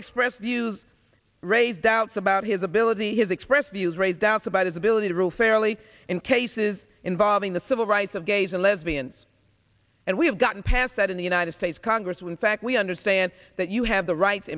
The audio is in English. expressed views raise doubts about his ability his expressed views raise doubts about his ability to rule fairly in cases involving the civil rights of gays and lesbians and we've gotten past that in the united states congress when fact we understand that you have the right